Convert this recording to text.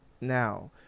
now